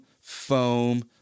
foam